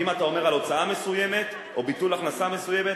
ואם אתה אומר על הצעה מסוימת או ביטול הכנסה מסוים,